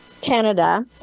canada